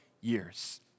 years